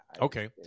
Okay